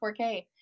4K